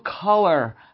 color